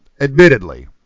admittedly